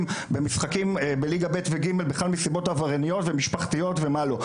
במשחקים בליגה ב' וג' בכלל מסיבות עברייניות ומשפחתיות ומה לא.